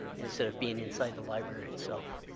instead of being inside the library itself.